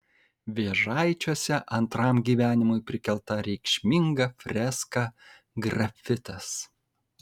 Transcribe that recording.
vėžaičiuose antram gyvenimui prikelta reikšminga freska grafitas